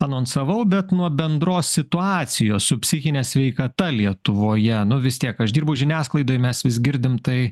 anonsavau bet nuo bendros situacijos su psichine sveikata lietuvoje nu vis tiek aš dirbu žiniasklaidoj mes vis girdim tai